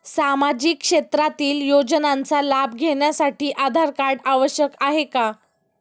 सामाजिक क्षेत्रातील योजनांचा लाभ घेण्यासाठी आधार कार्ड आवश्यक आहे का?